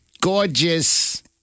Gorgeous